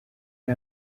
ari